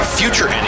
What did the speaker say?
future